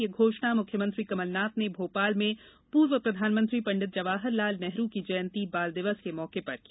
यह घोषणा मुख्यमंत्री कमलनाथ ने भोपाल में पूर्व प्रधानमंत्री पंडित जवाहरलाल नेहरू की जयंती बाल दिवस के मौके पर की